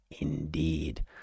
indeed